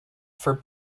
for